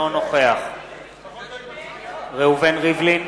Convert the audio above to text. אינו נוכח ראובן ריבלין,